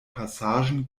passagen